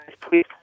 please